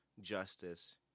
justice